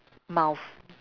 mouth